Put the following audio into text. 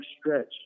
stretch